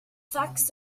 facts